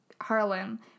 Harlem